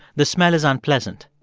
the smell is unpleasant,